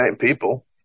people